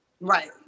Right